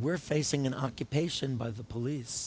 were facing an occupation by the police